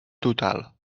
total